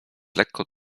lekko